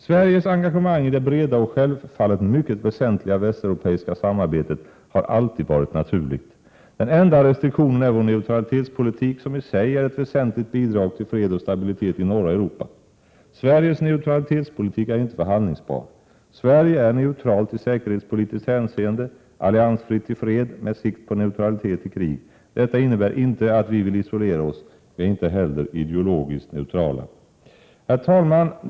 Sveriges engagemang i det breda och självfallet mycket väsentliga västeuropeiska samarbetet har alltid varit naturligt. Den enda restriktionen är vår neutralitetspolitik, som i sig är ett väsentligt bidrag till fred och stabilitet i norra Europa. Sveriges neutralitetspolitik är inte förhandlingsbar. Sverige är neutralt i säkerhetspolitiskt hänseende — alliansfritt i fred med sikt på neutralitet i krig. Detta innebär inte att vi vill isolera oss. Vi är inte heller ideologiskt neutrala. Herr talman!